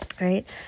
right